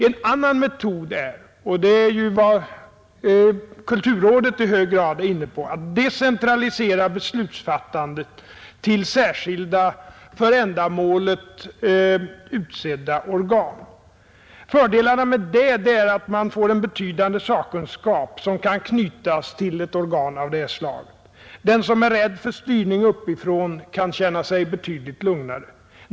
En annan metod — och det är ju vad kulturrådet i hög grad är inne på — är att decentralisera beslutsfattandet till särskilda för ändamålet utsedda organ. Fördelarna med den metoden är att man får en betydande sakkunskap som kan knytas till ett organ av detta slag. Den som är rädd för styrning uppifrån kan känna sig betydligt lugnare.